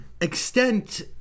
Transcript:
Extent